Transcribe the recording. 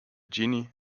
guinea